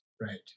Right